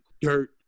Dirt